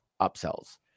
upsells